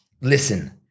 listen